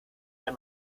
der